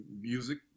music